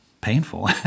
painful